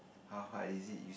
how hard is it use